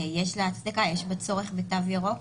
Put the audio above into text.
יש לה הצדקה, יש בה צורך בתו ירוק.